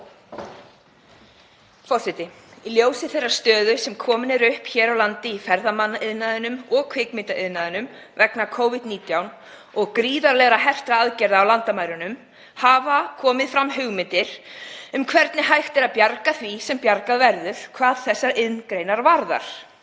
forseti. Í ljósi þeirrar stöðu sem komin er upp hér á landi í ferðamannaiðnaðinum og kvikmyndaiðnaðinum vegna Covid-19 og gríðarlega hertra aðgerða á landamærunum hafa komið fram hugmyndir um hvernig hægt sé að bjarga því sem bjargað verður hvað þessar iðngreinar varðar.